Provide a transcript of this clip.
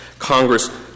Congress